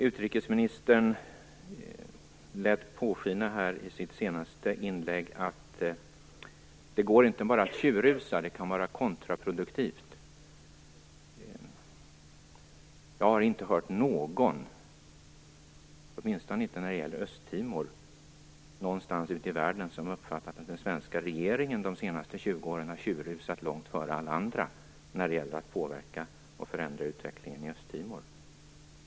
Utrikesministern lät i sitt senaste inlägg påskina att det inte går att tjurrusa. Det kan vara kontraproduktivt. Jag har inte hört någon någonstans ute i världen som har uppfattat att den svenska regeringen de senaste 20 åren har tjurrusat långt före alla andra när det gäller att påverka och förändra utvecklingen i Östtimor.